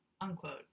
unquote